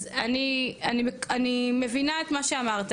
אז אני מבינה את מה שאמרת,